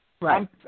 Right